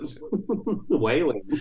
wailing